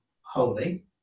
holy